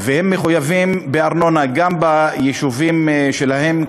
מחויבים בארנונה גם ביישובים שלהם,